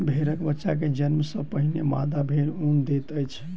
भेड़क बच्चा के जन्म सॅ पहिने मादा भेड़ ऊन दैत अछि